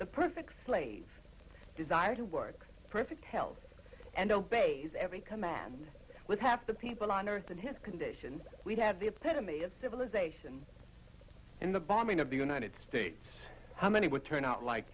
the perfect slave desire to work perfect health and obeys every command with half the people on earth and his condition we have the epitome of civilization in the bombing of the united states how many would turn out like